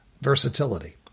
versatility